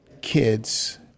kids